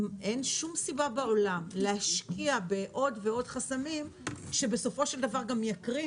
ואין שום סיבה בעולם להשקיע בעוד ועוד חסמים שבסופו של דבר גם מייקרים